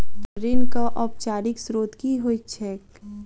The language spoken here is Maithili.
ऋणक औपचारिक स्त्रोत की होइत छैक?